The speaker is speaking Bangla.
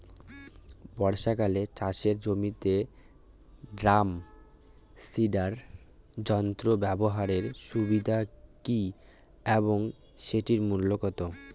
বর্ষাকালে চাষের জমিতে ড্রাম সিডার যন্ত্র ব্যবহারের সুবিধা কী এবং সেটির মূল্য কত?